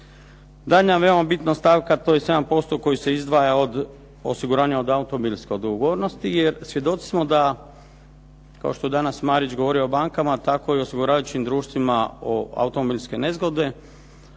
Daljnja veoma bitna stavka to je 7% koje se izdvaja od osiguranja od automobilske odgovornosti, jer svjedoci smo da kao što je danas Marić govorio o bankama, tako je osiguravajućim društvima od automobilske nezgode,